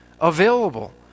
available